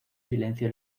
silencio